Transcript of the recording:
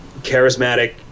charismatic